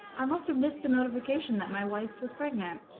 i must have missed the notification that my wife was pregnant